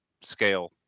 scale